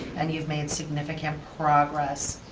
and you've made significant progress.